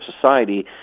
society